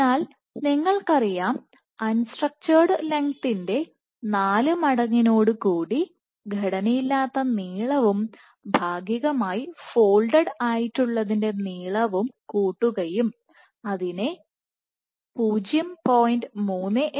അൺ സ്ട്രക്ചചേട് ലെങ്തത്തിൻറെ 4 മടങ്ങിനോട് കൂടി ഘടനയില്ലാത്ത നീളവും ഭാഗികമായി ഫോൾഡഡ് ആയിട്ടുള്ളതിൻറെ നീളവും കൂട്ടുകയും അതിനെ 0